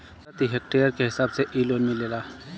प्रति हेक्टेयर के हिसाब से इ लोन मिलेला